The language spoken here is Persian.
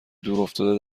دورافتاده